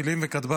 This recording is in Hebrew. טילים וכטב"מים